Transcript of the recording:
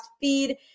feed